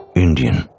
indian.